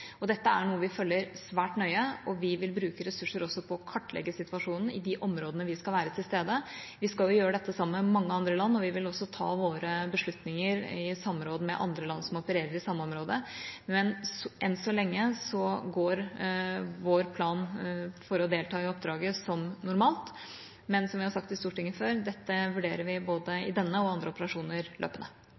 Dette er noe vi følger svært nøye, og vi vil bruke ressurser på å kartlegge situasjonen i de områdene vi skal være til stede. Vi skal gjøre dette sammen med mange andre land, og vi vil også ta våre beslutninger i samråd med andre land som opererer i det samme området. Men enn så lenge går vår plan for å delta i oppdraget som normalt. Men – som vi har sagt i Stortinget før – dette vurderer vi i både denne og andre operasjoner løpende.